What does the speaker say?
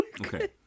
Okay